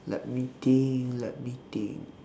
let me think let me think